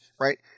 right